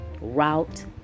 route